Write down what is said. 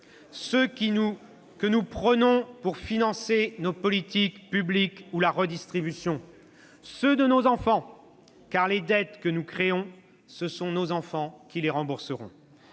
Ceux que nous prenons pour financer nos politiques publiques ou la redistribution. Ceux de nos enfants, car les dettes que nous créons, ce sont nos enfants qui les rembourseront.